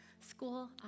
school